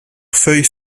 feuilles